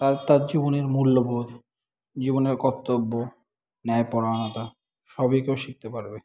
তার তার জীবনের মূল্যবোধ জীবনের কর্তব্য ন্যায়পরায়ণতা সবই কেউ শিখতে পারবে